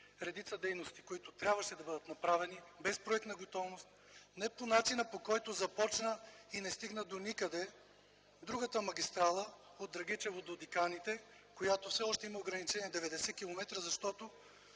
редица дейности, които трябваше да бъдат направени, без проектна готовност, не по начина, по който започна и стигна доникъде другата магистрала – от Драгичево до Диканите, която все още има ограничение от 90 км в час, защото